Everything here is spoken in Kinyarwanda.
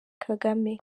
kagame